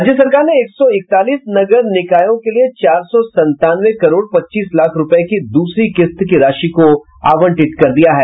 राज्य सरकार ने एक सौ इकतालीस नगर निकायों के लिए चार सौ संतानवे करोड़ पच्चीस लाख रूपये की दूसरी किस्त की राशि को आवंटित कर दिया है